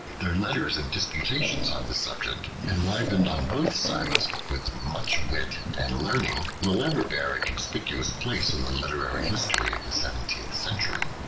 their letters and disputations on this subject, enlivened on both sides with much wit and learning, will ever bear a conspicuous place in the literary history of the seventeenth century.